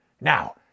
Now